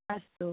अस्तु